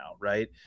right